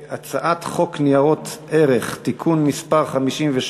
אני קובע שהצעת החוק להסדרת פעילות חברות דירוג האשראי,